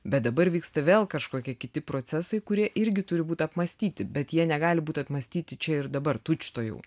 bet dabar vyksta vėl kažkokie kiti procesai kurie irgi turi būti apmąstyti bet jie negali būti apmąstyti čia ir dabar tučtuojau